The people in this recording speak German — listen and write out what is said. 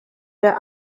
wir